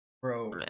Bro